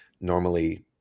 normally